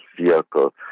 vehicle